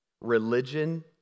Religion